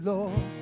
Lord